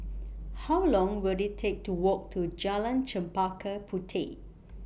How Long Will IT Take to Walk to Jalan Chempaka Puteh